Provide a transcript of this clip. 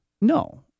No